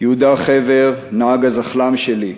יהודה חבר, נהג הזחל"ם שלי,